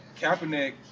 Kaepernick